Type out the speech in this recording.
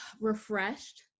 refreshed